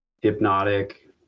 hypnotic